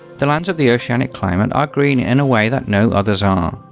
the lands of the oceanic climate are green in a way that no others are.